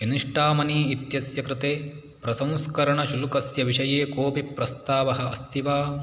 Instamoney इत्यस्य कृते प्रसंस्करणशुल्कस्य विषये कोऽपि प्रस्तावः अस्ति वा